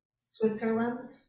Switzerland